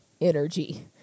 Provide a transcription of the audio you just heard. energy